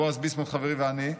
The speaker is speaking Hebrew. בועז ביסמוט חברי ואני,